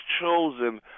chosen